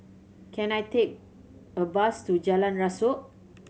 can I take a bus to Jalan Rasok